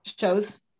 shows